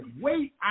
Wait